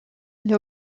elle